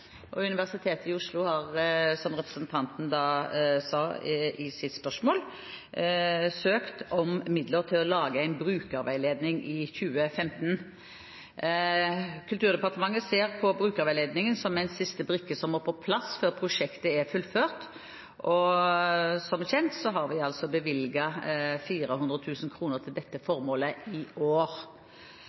og Universitetet i Oslo har, som representanten sa i sitt spørsmål, søkt om midler til å lage en brukerveiledning i 2015. Kulturdepartementet ser på brukerveiledningen som en siste brikke som må på plass før prosjektet er fullført, og som kjent har vi bevilget 400 000 kr til dette formålet i år.